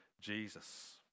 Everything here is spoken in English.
Jesus